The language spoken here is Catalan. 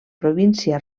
província